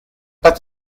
pas